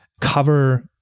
cover